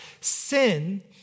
sin